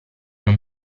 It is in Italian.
non